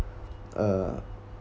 uh